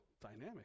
dynamic